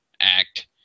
act